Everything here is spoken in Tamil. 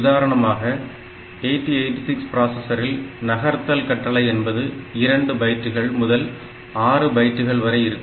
உதாரணமாக 8086 பிராசச்ரில் நகர்த்தல் கட்டளை என்பது 2 பைட்டுகள் முதல் 6 பைட்டுகள் வரை இருக்கும்